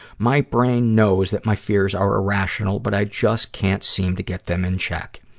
my brain knows that my fears are irrational, but i just can't seem to get them in check.